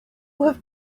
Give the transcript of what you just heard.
have